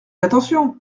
attention